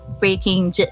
Breaking